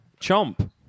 Chomp